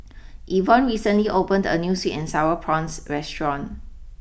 Evonne recently opened a new sweet and Sour Prawns restaurant